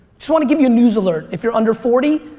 just want to give you a news alert if you're under forty,